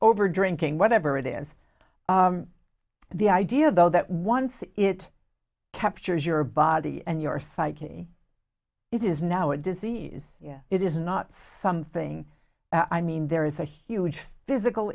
over drinking whatever it is the idea though that once it captures your body and your psyche it is now a disease it is not something i mean there is a huge physical